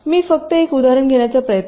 मी फक्त एक उदाहरण घेण्याचा प्रयत्न करू